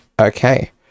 Okay